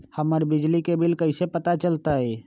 हमर बिजली के बिल कैसे पता चलतै?